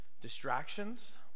Distractions